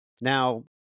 Now